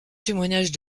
témoignage